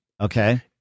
Okay